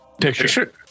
picture